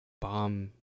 bomb